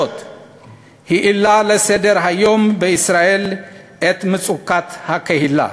העלה לסדר-היום בישראל את מצוקת הקהילה.